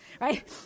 right